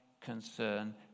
concern